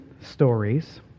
stories